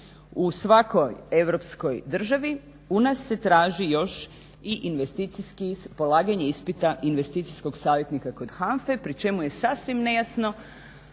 u svakoj europskoj državi u nas se traži još i investicijski, polaganje ispita investicijskog savjetnika kod HANFA-e pri čemu je sasvim nejasno